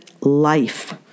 life